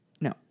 No